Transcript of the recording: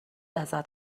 ازت